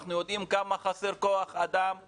אנחנו יודעים כמה כוח אדם חסר